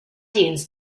dunes